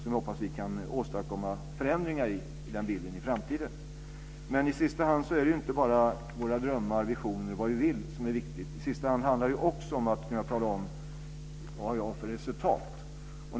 Jag hoppas att vi kan åstadkomma förändringar i den bilden i framtiden. Men i sista hand är det inte bara våra drömmar, visioner och vad vi vill som är viktigt. I sista hand handlar det också om att kunna tala om vilka resultat man uppnått.